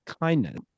kindness